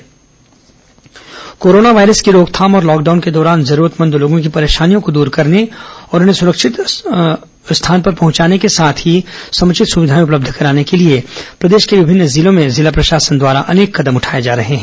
corona जिला corona virus की रोकथाम और लॉकडाउन के दौरान जरूरतमंद लोगों की परेशानियों को दूर करने और उन्हें समुचित सुविधाएं उपलब्ध कराने के लिए प्रदेश के विभिन्न जिलों में जिला प्रशासन द्वारा अनेक कदम उठाए जा रहे हैं